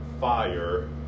fire